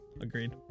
Agreed